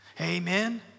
Amen